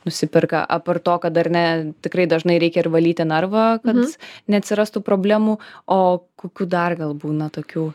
nusiperka apart to kad ar ne tikrai dažnai reikia ir valyti narvą kad neatsirastų problemų o kokių dar gal būna tokių